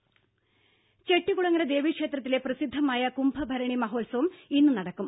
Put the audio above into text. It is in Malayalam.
ദേദ ചെട്ടികുളങ്ങര ദേവീക്ഷേത്രത്തിലെ പ്രസിദ്ധമായ കുംഭഭരണി മഹോത്സവം ഇന്നു നടക്കും